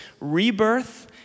rebirth